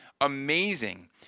amazing